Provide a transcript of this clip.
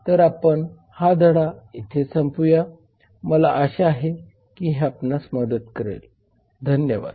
तर आपण हा धडा इथे संपवूया मला आशा आहे की हे आपणास मदत करेल धन्यवाद